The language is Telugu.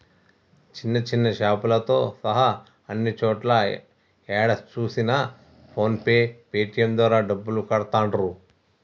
చిన్న చిన్న షాపులతో సహా అన్ని చోట్లా ఏడ చూసినా ఫోన్ పే పేటీఎం ద్వారా డబ్బులు కడతాండ్రు